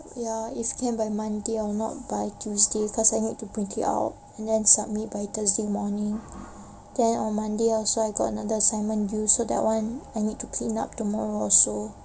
ya if can by monday if not by tuesday because I need to print it out and then submit by thursday morning then on monday also I got another assignment due so that one I need to clean up also